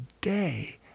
day